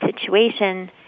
situation